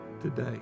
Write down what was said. today